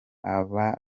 aba